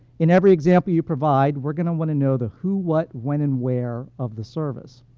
in every example you provide, we're going to want to know the who, what, when, and where of the service.